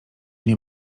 nie